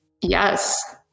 Yes